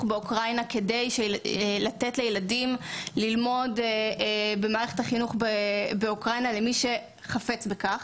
באוקראינה כדי לתת לילדים ללמוד במערכת החינוך באוקראינה למי שחפץ בכך.